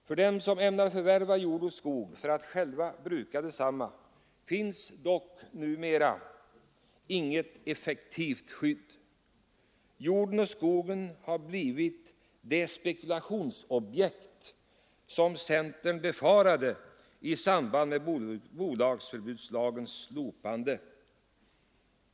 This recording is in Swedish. För dem som ämnar förvärva jord och skog för att själva bruka desamma finns dock numera inget effektivt skydd. Jorden och skogen har blivit det spekulationsobjekt som centern befarade i samband med bolagsförbudslagens slopande.